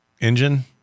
engine